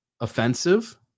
offensive